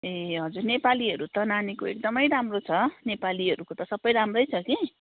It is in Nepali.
ए हजुर नेपालीहरू त नानीको एकदमै राम्रै छ नेपालीहरूको त सबै राम्रै छ कि